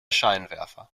scheinwerfer